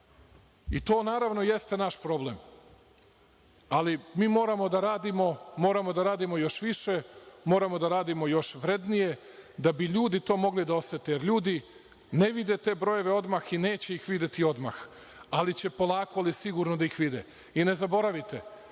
I, to naravno jeste naš problem. Ali, mi moramo da radimo, da radimo još više, moramo da radimo još vrednije, da bi ljudi mogli to da osete, jer ljudi ne vide te brojeve odmah i neće ih videti odmah, ali će polako i sigurno da ih vide. I, ne zaboravite,